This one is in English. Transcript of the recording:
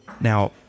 Now